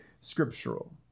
scriptural